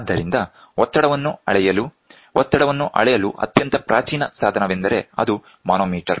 ಆದ್ದರಿಂದ ಒತ್ತಡವನ್ನು ಅಳೆಯಲು ಒತ್ತಡವನ್ನು ಅಳೆಯಲು ಅತ್ಯಂತ ಪ್ರಾಚೀನ ಸಾಧನವೆಂದರೆ ಅದು ಮಾನೋಮೀಟರ್